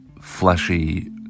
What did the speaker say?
fleshy